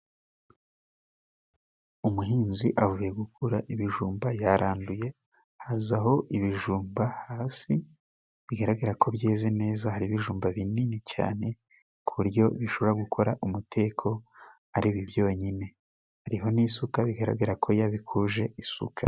Umuhinzi avuye gukura ibijumba, yaranduye hazaho ibijumba hasi. Bigaragara ko byeze neza, hari ibijumba binini cyane ku buryo bishobora gukora umuteko ari byonyine. Hariho n'isuka bigaragara ko yabikuje isuka.